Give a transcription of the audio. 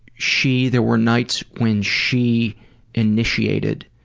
she, there were nights when she initiated